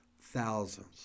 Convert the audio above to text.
Thousands